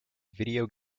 video